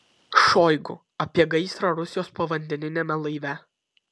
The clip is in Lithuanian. šoigu apie gaisrą rusijos povandeniniame laive